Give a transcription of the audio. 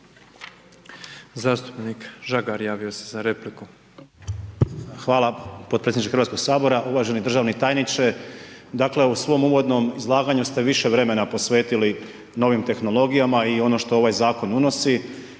za repliku. **Žagar, Tomislav (Nezavisni)** Hvala potpredsjedniče Hrvatskog sabora. Uvaženi državni tajniče, dakle, u svom uvodnom izlaganja ste više vremena posvetili novim tehnologijama i ono što ovaj zakon unosi,